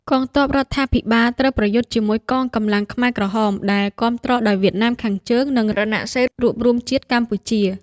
កងទ័ពរដ្ឋាភិបាលត្រូវប្រយុទ្ធជាមួយកងកម្លាំងខ្មែរក្រហម ដែលគាំទ្រដោយវៀតណាមខាងជើង និងរណសិរ្សរួបរួមជាតិកម្ពុជា។